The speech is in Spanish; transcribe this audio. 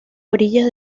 orillas